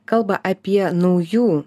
kalba apie naujų